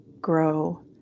grow